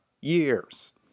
years